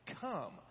come